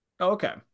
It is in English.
Okay